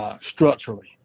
structurally